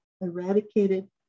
eradicated